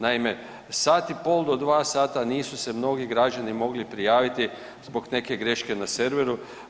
Naime, sat i pol do dva sata nisu se mnogi građani mogli prijaviti zbog neke greške na serveru.